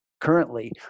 currently